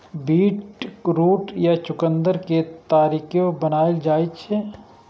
beetroot या चुकंदर के तरकारियो बनाएल जाइ छै